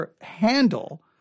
handle